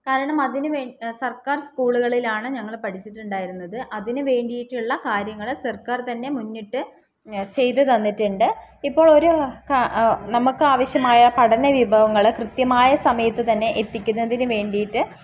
കാരണം അതിന് സർക്കാർ സ്കൂളുകളിലാണ് ഞങ്ങള് പഠിച്ചിട്ടുണ്ടായിരുന്നത് അതിന് വേണ്ടിയിട്ടുള്ള കാര്യങ്ങള് സർക്കാർ തന്നെ മുന്നിട്ട് ചെയ്തുതന്നിട്ടുണ്ട് ഇപ്പോള് ഒരു നമുക്ക് ആവശ്യമായ പഠനവിഭവങ്ങള് കൃത്യമായ സമയത്ത് തന്നെ എത്തിക്കുന്നതിന് വേണ്ടിയിട്ട്